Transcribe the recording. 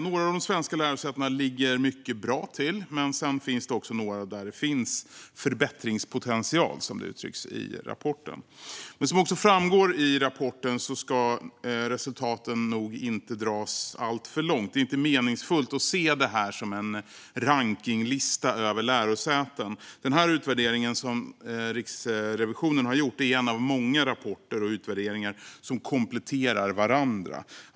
Några av de svenska lärosätena ligger mycket bra till. Men sedan finns det också några där det finns förbättringspotential, som det uttrycks i rapporten. Som också framgår av rapporten ska resultaten nog inte dras alltför långt. Det är inte meningsfullt att se rapporten som en rankningslista över lärosäten. Den här utvärderingen som Riksrevisionen har gjort är en av många rapporter och utvärderingar som kompletterar varandra.